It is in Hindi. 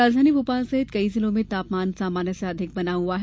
राजधानी भोपाल सहित कई जिलों में तापमान सामान्य से अधिक बना हुआ है